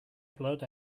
blood